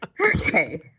Okay